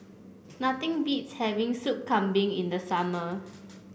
nothing beats having Sup Kambing in the summer